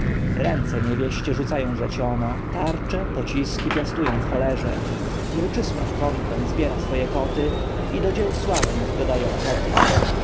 ręce niewieście rzucają wrzeciono tarcze pociski piastują w cholerze mruczysław kontent zbiera swoje koty i do dzieł sławnych dodaje ochoty